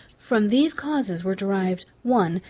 from these causes were derived, one.